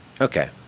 Okay